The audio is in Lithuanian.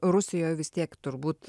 rusijoj vis tiek turbūt